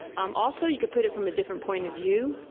um also you can put it from a different point of view.